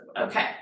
Okay